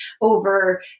over